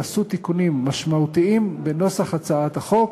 ונעשו תיקונים משמעותיים בנוסח הצעת החוק.